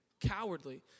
Cowardly